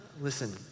listen